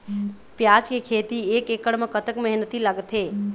प्याज के खेती एक एकड़ म कतक मेहनती लागथे?